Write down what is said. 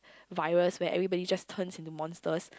virus where everybody just turns into monsters